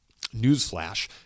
Newsflash